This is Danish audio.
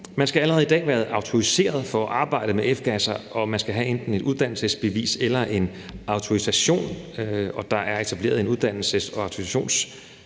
Man skal allerede i dag været autoriseret for at arbejde med F-gasser, og man skal have enten et uddannelsesbevis eller en autorisation, og der er etableret en uddannelses- og autorisationsordning